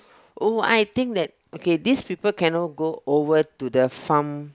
oh I think that okay these people cannot go over to the farm